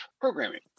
programming